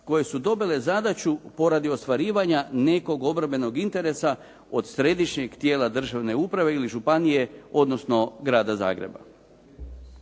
koje su dobile zadaću poradi ostvarivanja nekog obrambenog interesa od središnjeg tijela državne uprave ili županije, odnosno Grada Zagreba.